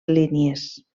línies